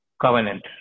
covenant